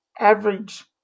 average